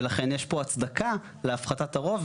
ולכן יש פה הצדקה להפחתת הרוב,